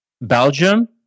Belgium